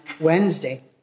Wednesday